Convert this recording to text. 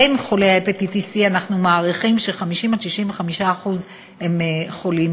ואנחנו מעריכים ש-50% 65% מבין חולי